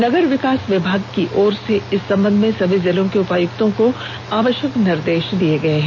नगर विकास विभाग की ओर से इस संबंध में सभी जिलों के उपायुक्तों को आवश्यक निर्देश दे दिए गए हैं